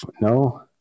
No